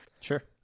Sure